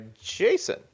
Jason